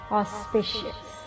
auspicious